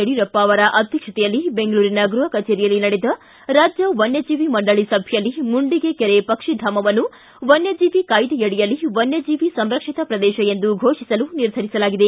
ಯಡಿಯೂರಪ್ಪ ಅವರ ಅಧ್ಯಕ್ಷತೆಯಲ್ಲಿ ಬೆಂಗಳೂರಿನ ಗೃಪ ಕಛೇರಿಯಲ್ಲಿ ನಡೆದ ರಾಜ್ಯ ವನ್ಣಜೀವಿ ಮಂಡಳಿ ಸಭೆಯಲ್ಲಿ ಮುಂಡಿಗೆ ಕೆರೆ ಪಕ್ಷಿಧಾಮವನ್ನು ವನ್ಯಜೀವಿ ಕಾಯ್ದೆಯಡಿಯಲ್ಲಿ ವನ್ಯಜೀವಿ ಸಂರಕ್ಷಿತ ಪ್ರದೇಶ ಎಂದು ಫೋಷಿಸಲು ನಿರ್ಧರಿಸಲಾಗಿದೆ